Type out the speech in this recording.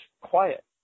quiet